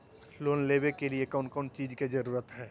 Loan लेबे के लिए कौन कौन चीज के जरूरत है?